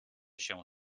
się